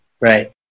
right